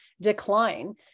decline